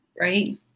right